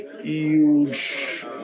huge